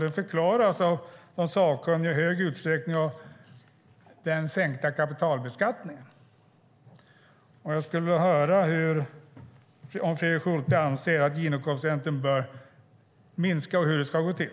Det förklaras enligt de sakkunniga i stor utsträckning av den sänkta kapitalbeskattningen. Jag skulle vilja höra om Fredrik Schulte anser att Gini-koefficienten bör minska och hur det ska gå till.